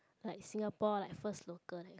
like Singapore like first local that kind